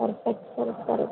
Surf Excel Surf